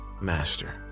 master